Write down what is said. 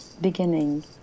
beginning